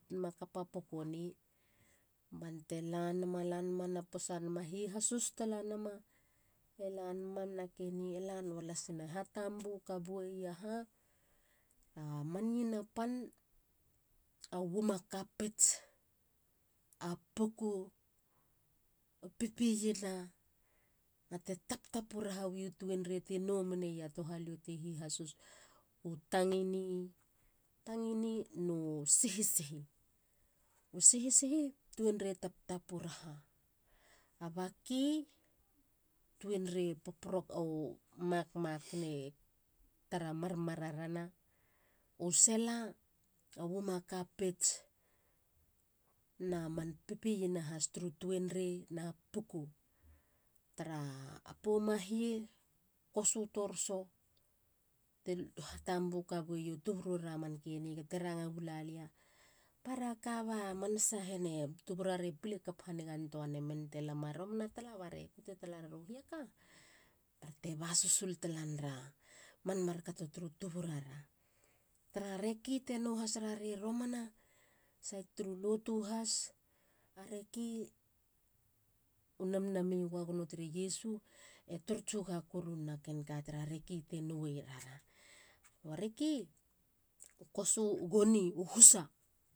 Ma kapa pokonei. bante lanama. lnama. na pposa nama. hi hasuus tala nama. e lana manana keni a lanua lasina. ha tambu kabuei aha?A man len a pan. a wuma kapits, a puku. u pipiana na te taptapuraha winu tuenrei ti nou meneieni a to halio ti hihasus u tangini no sihisihi. u sihisihi tuenrei e taptapuraha. A baki tuenrei makmak ne marmarara. U sela a wuma kapits na man pipiana hasturu tuenrei na puku. Tara poum a hie- kosu toroso. Ti ha tambu kabuei ra u tuburara mankeni. ga te ranga gulalia. para kaba imanasa hene tuburare pile kap hanigantoa nemen. Te lama. romana tala brei kute tala reru hiaka barte ba susul tala nare man markato turu tuburara. Tara reki te nou haserara romana. sait turu lotu has. a reki u namnamei u goagono tere iesu. e tor tsuga korunena ken ka tara reki te hueier ara. A reki. u kosu. goni. u husa